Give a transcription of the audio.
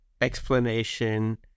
explanation